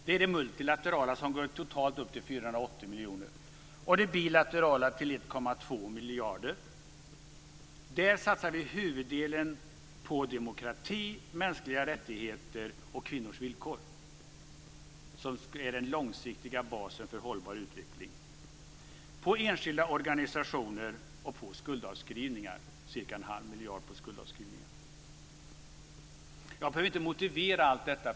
Det är det multilaterala, som totalt uppgår till 480 miljoner kronor. Det bilaterala uppgår till 1,2 miljarder. Där satsar vi huvuddelen på demokrati, mänskliga rättigheter och kvinnors villkor, som är den långsiktiga basen för en hållbar utveckling, enskilda organisationer och skuldavskrivningar. Det blir ca 1⁄2 miljard till skuldavskrivningar. Jag behöver inte motivera allt detta.